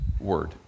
word